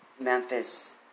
Memphis